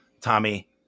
Tommy